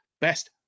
best